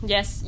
Yes